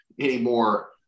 anymore